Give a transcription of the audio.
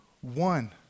one